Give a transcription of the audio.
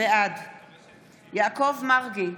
בעד יעקב מרגי,